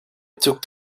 took